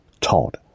taught